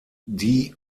die